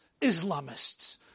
Islamists